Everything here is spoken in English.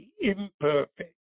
imperfect